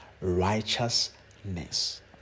righteousness